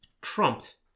trumped